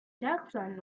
jackson